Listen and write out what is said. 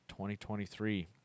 2023